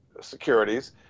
securities